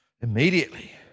immediately